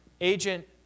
agent